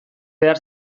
behar